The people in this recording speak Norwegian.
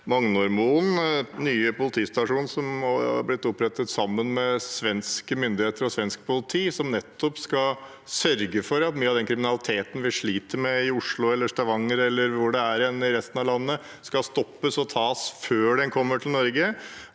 Magnormoen, den nye politistasjonen som har blitt opprettet i samarbeid mellom norske og svenske myndigheter og politi – og som nettopp skal sørge for at mye av den kriminaliteten vi sliter med i Oslo, Stavanger eller hvor det måtte være i resten av landet, skal stoppes og tas før den kommer til Norge,